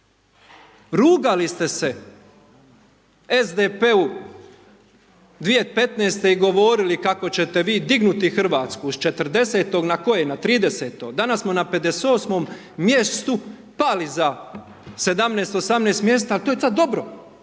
Rugali ste se SDP-u 2015.-te i govorili kako ćete vi dignuti RH s 40-tog, na koje, na 30-to, danas smo na 58-om mjestu pali za 17, 18 mjesta, al to je sada dobro,